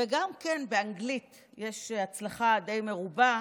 וגם כן באנגלית יש הצלחה די מרובה,